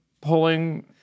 polling